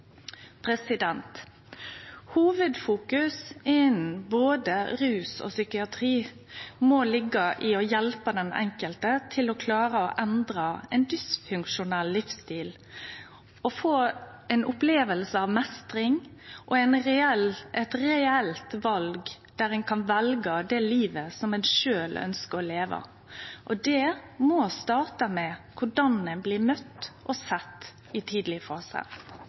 både rus og psykiatri må vere å hjelpe den enkelte til å klare å endre ein dysfunksjonell livsstil og å oppleve meistring og eit reelt val, der ein kan velje det livet som ein sjølv ønskjer å leve. Det må starte med korleis ein blir møtt og sett i